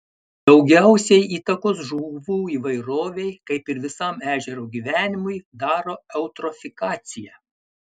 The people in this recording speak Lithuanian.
daugiausiai įtakos žuvų įvairovei kaip ir visam ežero gyvenimui daro eutrofikacija